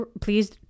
please